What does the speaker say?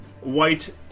white